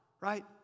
right